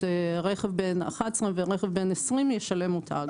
רכב בן 11 ורכב בן 20 ישלם אותה אגרה.